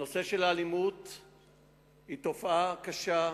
האלימות היא תופעה קשה,